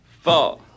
four